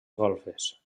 golfes